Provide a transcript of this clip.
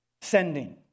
sending